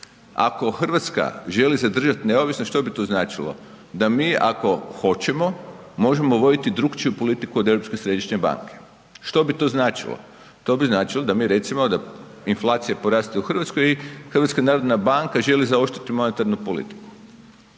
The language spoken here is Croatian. Ako Hrvatska želi zadržati neovisnost, što bi to značilo? Da mi ako hoćemo možemo voditi drukčiju politiku od Europske središnje banke. Što bi to značilo? To bi značilo da mi recimo da inflacija poraste u Hrvatskoj i Hrvatska narodna banka želi zaoštriti monetarnu politiku.